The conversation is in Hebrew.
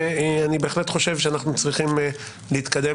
ואני בהחלט חושב שאנחנו צריכים להתקדם